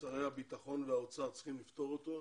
ששרי הביטחון והאוצר צריכים לפתור אותו.